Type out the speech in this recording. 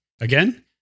Again